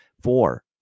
Four